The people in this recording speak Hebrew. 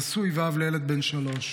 נשוי ואב לילד בן שלוש.